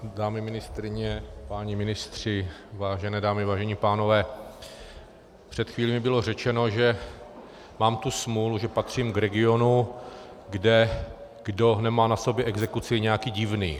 Paní ministryně, páni ministři, vážené dámy, vážení pánové, před chvílí mi bylo řečeno, že mám tu smůlu, že patřím k regionu, kde kdo nemá na sobě exekuci, je nějaký divný.